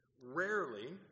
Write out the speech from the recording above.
Rarely